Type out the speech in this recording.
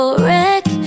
wreck